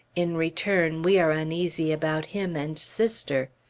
in return we are uneasy about him and sister.